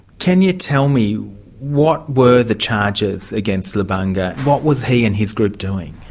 can you tell me what were the charges against lubanga? what was he and his group doing?